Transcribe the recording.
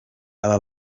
aba